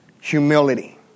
humility